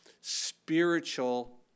spiritual